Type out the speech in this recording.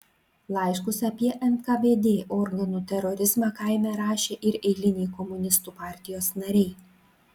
laiškus apie nkvd organų terorizmą kaime rašė ir eiliniai komunistų partijos nariai